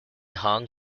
hong